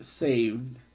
saved